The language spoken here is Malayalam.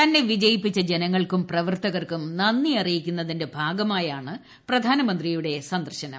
തന്നെ വിജയിപ്പിച്ച ജനങ്ങൾക്കുർ പ്രവർത്തകർക്കും നന്ദി അറിയിക്കുന്നതിന്റെ ഭാഗ്മായാണ് പ്രധാനമന്ത്രിയുടെ സന്ദർശനം